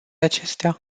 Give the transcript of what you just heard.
acestea